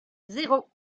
zéro